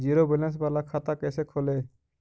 Zero balance बाला खाता कैसे खोले?